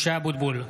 (קורא בשמות חברי הכנסת) משה אבוטבול,